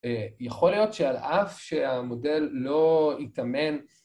יכול להיות שעל אף שהמודל לא יתאמן